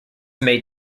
may